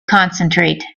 concentrate